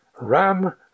Ram